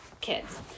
kids